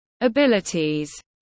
abilities